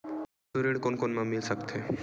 पशु ऋण कोन कोन ल मिल सकथे?